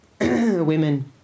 women